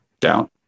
down